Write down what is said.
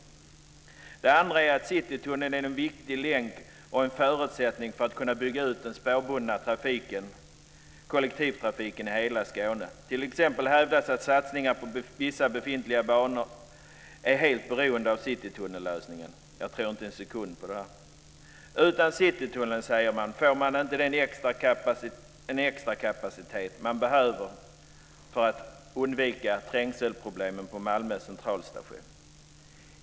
För det andra skulle Citytunneln bli en viktig länk och en förutsättning för möjligheterna att bygga ut den spårbundna kollektivtrafiken i hela Skåne. T.ex. hävdas att satsningar på vissa befintliga banor är helt beroende av Citytunnellösningen. Jag tror inte för en sekund på detta. Utan Citytunneln, säger man, erhålls inte den extrakapacitet som man behöver för att undvika trängselproblemen på Malmö centralstation.